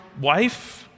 wife